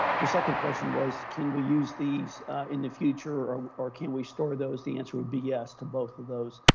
your second question was, can we use these in the future? or can we store those? the answer would be yes to both of those.